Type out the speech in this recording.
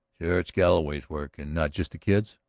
sure it's galloway's work and not just the kid's?